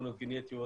תסמונות גנטיות